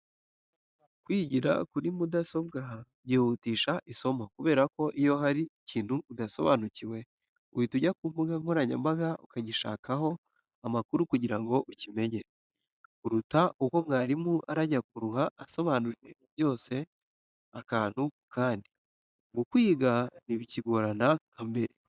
Kwigira kuri mudasobwa byihutisha isomo, kubera ko iyo hari ikintu udasobanukiwe, uhita ujya ku mbuga nkoranyambaga ukagishakaho amakuru kugira ngo ukimenye, kuruta uko mwarimu arajya kuruha asobanura ibintu byose akantu ku kandi. Ubu kwiga ntibikigorana nka mbere.